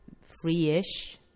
free-ish